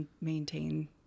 maintain